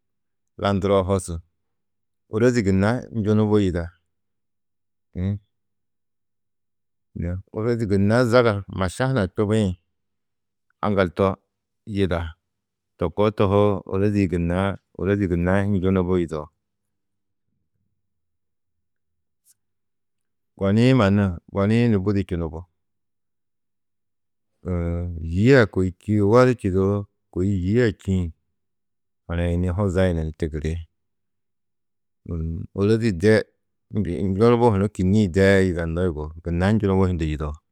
landuroo hosu, ôrozi gunna njunubu yida uũ na, ôrozi gunna zaga maša hunã čubĩ aŋgal to yida, to koo tohoo, ôrozi-ĩ gunna, ôrozi gunna njunubu yidao. Goni-ĩ mannu, goni-ĩ ni budi čunubu yî a kôi čî, weru čîdoo, kôi yî a čîĩ hanayini huzayunu ni tigiri ôrozi de njunubu hunu kînniĩ de yidanno yugó, gunna njunubu hundu yidao.